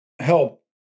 help